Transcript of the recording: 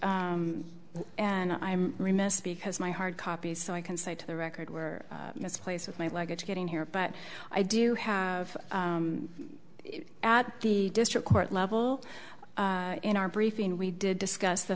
and i'm remiss because my hard copy so i can say to the record were misplaced with my luggage getting here but i do have at the district court level in our briefing we did discuss the